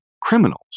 criminals